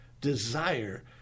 desire